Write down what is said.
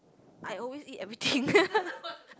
I always eat everything